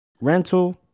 rental